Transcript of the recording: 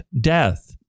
death